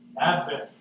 Advent